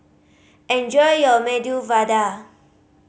enjoy your Medu Vada